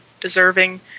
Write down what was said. deserving